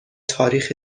تاریخ